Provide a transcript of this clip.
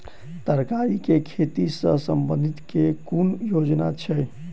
तरकारी केँ खेती सऽ संबंधित केँ कुन योजना छैक?